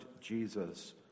Jesus